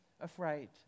afraid